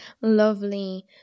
lovely